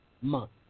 month